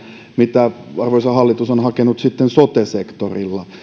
kuin arvoisa hallitus on hakenut sote sektorilla